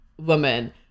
woman